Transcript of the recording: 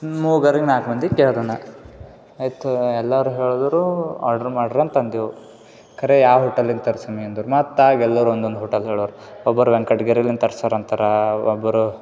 ಮೂವರಿಗ್ ನಾಲ್ಕು ಮಂದಿ ಕೇಳಿದೆ ನಾ ಆಯಿತು ಎಲ್ಲರು ಹೇಳಿದ್ರು ಆಡ್ರ್ ಮಾಡ್ರಿ ಅಂತಂದೆವು ಕರೆ ಯಾವ ಹೋಟಲಿನ ತರ್ಸಿನಿ ಅಂದರು ಮತ್ತಾಗ ಎಲ್ಲರು ಒಂದೊಂದು ಹೋಟೆಲ್ ಹೆಳೋರೆ ಒಬ್ರು ವೆಂಕಟ್ಗಿರಿಲಿನ್ನ ತರ್ಸರಂತಾರೆ ಒಬ್ಬರು